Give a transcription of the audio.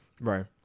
right